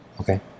Okay